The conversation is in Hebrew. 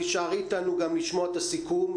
תישארי איתנו גם לשמוע את הסיכום,